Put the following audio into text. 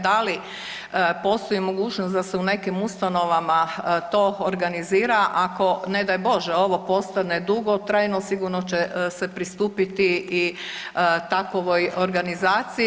Da li postoji mogućnost da se u nekim ustanovama to organizira ako ne daj Bože ovo postane dugotrajno sigurno će se pristupiti i takovoj organizaciji.